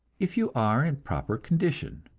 if you are in proper condition.